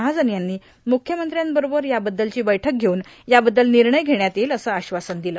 महाजन यांनी मुख्यमंत्र्यांबरोबर या बद्दलची बैठक षेऊन याबद्दल निर्णय घेण्यात येईल असं आश्वासन दिलं